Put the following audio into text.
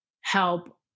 help